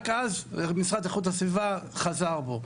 רק אז המשרד לאיכות הסביבה חזר בו.